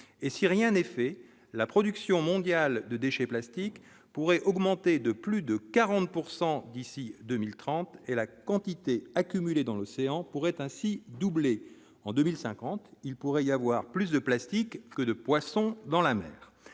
et si rien n'est fait, la production mondiale de déchets plastiques pourrait augmenter de plus de 40 pourcent d'ici 2030 et la quantité dans l'océan pourrait ainsi doubler en 2050, il pourrait y avoir plus de plastique que de poissons dans la mer,